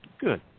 Good